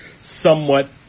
somewhat